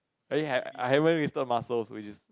I only had I haven't listed muscles which is